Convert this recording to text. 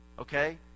okay